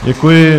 Děkuji.